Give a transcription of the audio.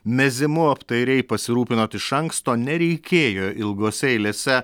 mezimu apdairiai pasirūpinot iš anksto nereikėjo ilgose eilėse